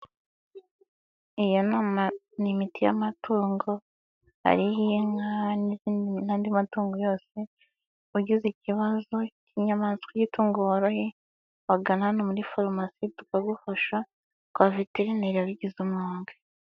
Iyo nama ni imiti y'amatungo. Ariho inka n'izindi n'andi matungo yose. Ugize ikibazo k'inyamaswa y'itungo woroye. Wagana muri farumasi, tukagufasha kwa veterineli wabigize umwuga.